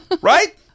Right